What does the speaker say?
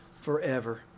forever